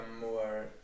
more